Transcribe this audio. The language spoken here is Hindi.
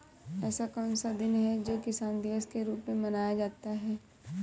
ऐसा कौन सा दिन है जो किसान दिवस के रूप में मनाया जाता है?